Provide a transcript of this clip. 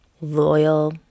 loyal